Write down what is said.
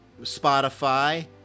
Spotify